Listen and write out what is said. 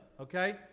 Okay